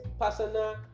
personal